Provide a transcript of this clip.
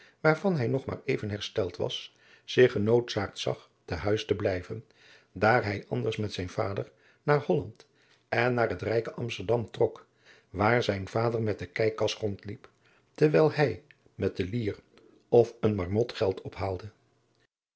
waarvan hij nog maar even hersteld was zich genoodzaakt zag te huis te blijven daar hij anders met zijn vader naar holland en naar het rijke amsterdam trok waar zijn vader met de kijkkas rondliep terwijl hij met de lier of een marmot geld